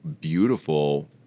beautiful